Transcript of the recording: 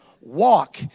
walk